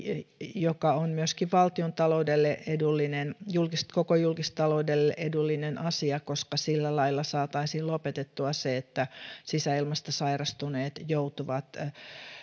joka on myöskin valtiontaloudelle edullinen koko julkistaloudelle edullinen asia koska sillä lailla saataisiin lopetettua se että sisäilmasta sairastuneet joutuvat